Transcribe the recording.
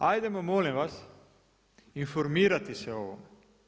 Hajdemo molim vas informirati se o ovome.